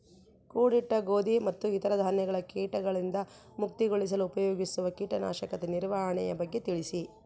ಕೂಡಿಟ್ಟ ಗೋಧಿ ಮತ್ತು ಇತರ ಧಾನ್ಯಗಳ ಕೇಟಗಳಿಂದ ಮುಕ್ತಿಗೊಳಿಸಲು ಉಪಯೋಗಿಸುವ ಕೇಟನಾಶಕದ ನಿರ್ವಹಣೆಯ ಬಗ್ಗೆ ತಿಳಿಸಿ?